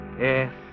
Yes